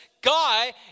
guy